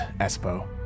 Espo